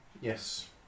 Yes